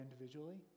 individually